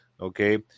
Okay